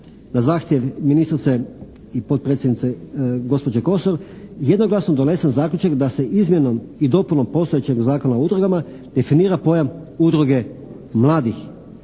na zahtjev ministrice i potpredsjednice gospođe Kosor jednoglasno donesen zaključak da se izmjenom i dopunom postojećeg Zakona o udrugama definira pojam udruge mladih.